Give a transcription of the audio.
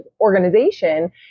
organization